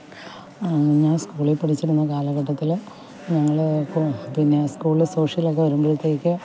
ഞാന് സ്കൂളില് പഠിച്ചിരുന്ന കാലഘട്ടത്തില് ഞങ്ങള് കു പിന്നെ സ്കൂളില് സോഷ്യലൊക്കെ വര്മ്പഴത്തേക്ക്